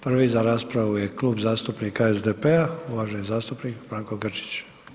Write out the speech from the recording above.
Prvi za raspravu je Kluba zastupnika SDP-a, uvaženi zastupnik Branko Grčić.